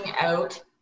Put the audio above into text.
out